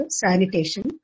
sanitation